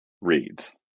reads